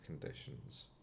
conditions